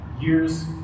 years